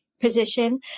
position